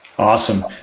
Awesome